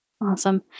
Awesome